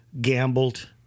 gambled